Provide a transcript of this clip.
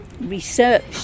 research